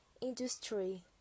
industry